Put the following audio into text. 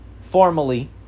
Formally